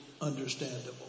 understandable